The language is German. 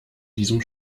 diesem